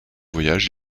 voyage